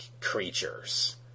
creatures